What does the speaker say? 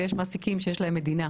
ויש מעסיקים שיש להם מדינה.